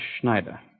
Schneider